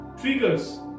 triggers